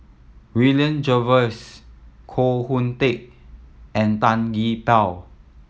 William Jervois Koh Hoon Teck and Tan Gee Paw